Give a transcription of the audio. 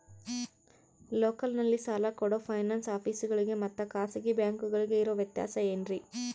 ಲೋಕಲ್ನಲ್ಲಿ ಸಾಲ ಕೊಡೋ ಫೈನಾನ್ಸ್ ಆಫೇಸುಗಳಿಗೆ ಮತ್ತಾ ಖಾಸಗಿ ಬ್ಯಾಂಕುಗಳಿಗೆ ಇರೋ ವ್ಯತ್ಯಾಸವೇನ್ರಿ?